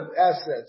assets